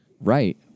Right